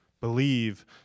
Believe